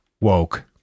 Woke